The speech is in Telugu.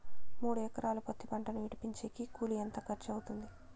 మూడు ఎకరాలు పత్తి పంటను విడిపించేకి కూలి ఎంత ఖర్చు అవుతుంది?